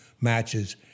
matches